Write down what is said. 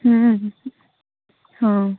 ହୁଁ ହଁ